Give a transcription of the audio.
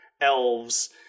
elves